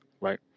right